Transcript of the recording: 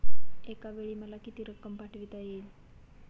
एकावेळी मला किती रक्कम पाठविता येईल?